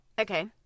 Okay